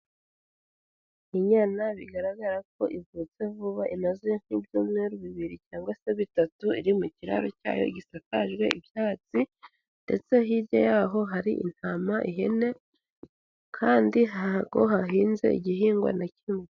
Inyana bigaragara ko ivutse vuba imaze nk'ibyumweru bibiri cyangwa se bitatu iri mu kiraro cyayo gisakajwe ibyatsi ndetse hirya yaho hari intama, ihene kandi ntabwo hahinze igihingwa na kimwe.